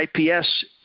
IPS